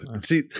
See